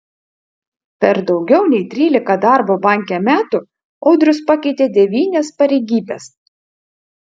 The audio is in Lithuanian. per daugiau nei trylika darbo banke metų audrius pakeitė devynias pareigybes